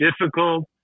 difficult